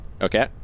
Okay